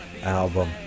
album